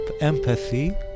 empathy